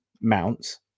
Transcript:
mounts